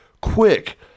quick